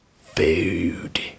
Food